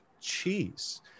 cheese